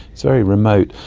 it's very remote.